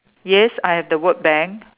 yes I have the word bank